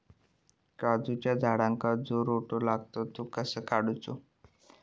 काजूच्या झाडांका जो रोटो लागता तो कसो काडुचो?